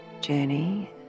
journey